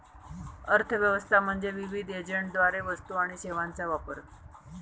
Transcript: अर्थ व्यवस्था म्हणजे विविध एजंटद्वारे वस्तू आणि सेवांचा वापर